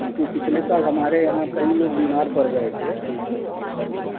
क्योंकि पिछले साल हमारे यहाँ कई लोग बीमार पड़ गए थे